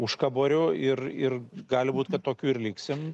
užkaboriu ir ir gali būt kad tokiu ir liksim